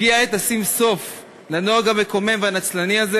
הגיעה העת לשים סוף לנוהג המקומם והנצלני הזה